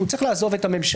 הוא צריך לעזוב את הממשלה.